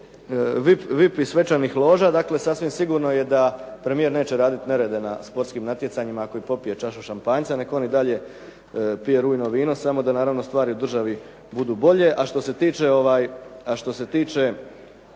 VIP svečanih loža, dakle sasvim sigurno je da premijer neće raditi nerede na sportskim natjecanjima, ako popije i čašu šampanjca, neka on i dalje pije rujno vino, samo da naravno stvari u državi budu bolje. A što se tiče